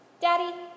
Daddy